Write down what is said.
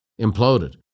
imploded